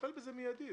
לטפל בזה מיידית,